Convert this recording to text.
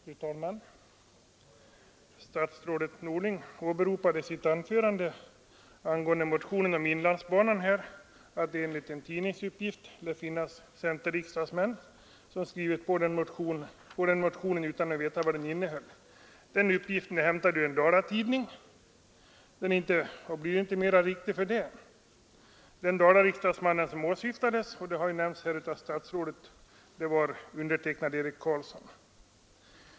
Fru talman! Statsrådet Norling åberopade i sitt anförande rörande motionerna om inlandsbanan att det enligt en tidningsuppgift lär finnas riksdagsmän från centerpartiet, som har skrivit under motionen utan att veta vad den innehöll. Uppgiften är hämtad ur en Dalatidning och blir inte mer riktig för det. Den riksdagsman från Dalarna som åsyftades var, som statsrådet Norling sade, undertecknad Eric Carlsson.